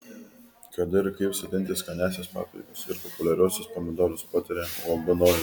kada ir kaip sodinti skaniąsias paprikas ir populiariuosius pomidorus pataria uab nojus